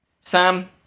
Sam